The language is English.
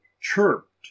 chirped